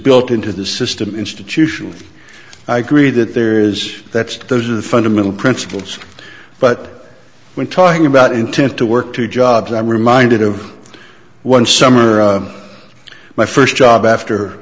built into the system institutional i agree that there is that those are the fundamental principles but when talking about intent to work two jobs i'm reminded of one summer my first job after